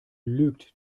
lügt